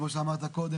כמו שאמרת קודם,